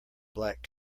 black